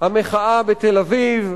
המחאה בתל-אביב.